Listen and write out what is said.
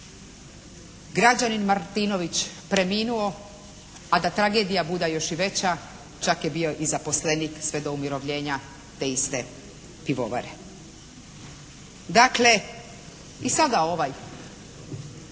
građanin Martinović preminuo. A da tragedija bude još i veća čak je bio i zaposlenik sve do umirovljenja te iste pivovare. Dakle, i sada ovaj,